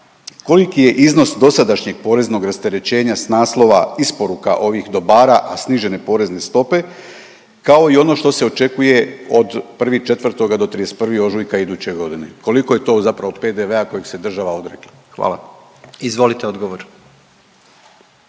koliki je iznos dosadašnjeg poreznog rasterećenja sa naslova isporuka ovih dobara, a snižene porezne stope kao i ono što se očekuje od 1.4. do 31. ožujka iduće godine, koliko je to zapravo PDV-a kojeg se država odrekla? Hvala. **Jandroković,